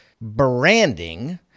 Branding